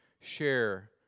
share